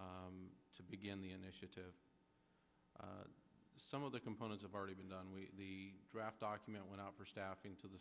to begin the initiative some of the components of already been done with a draft document went out for staff into the